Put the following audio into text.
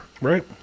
Right